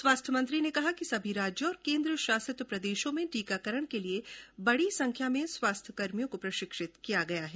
स्वास्थ्य मंत्री ने कहा कि सभी राज्यों और केन्द्र शासित प्रदेशों में टीकाकरण के लिये बड़ी संख्या में स्वास्थ्यकर्भियों को प्रशिक्षित किया गया है